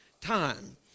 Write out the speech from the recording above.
time